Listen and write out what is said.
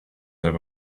there